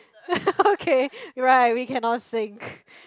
okay right we cannot sync